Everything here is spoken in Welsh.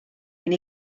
mynd